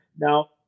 Now